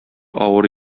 авыр